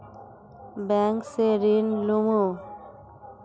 Bank से ऋण लुमू?